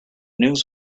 news